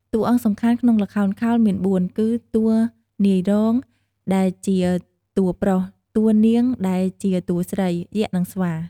តួអង្គសំខាន់ក្នុងល្ខោនខោលមានបួន គឺតួនាយរោង ដែលជា តួប្រុស, តួនាង ដែលជា តួស្រី, យក្ស និងស្វា។